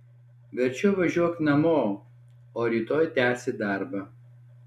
verčiau važiuok namo o rytoj tęsi darbą